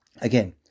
Again